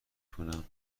کنم